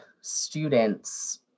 students